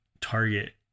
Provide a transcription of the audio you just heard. target